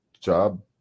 job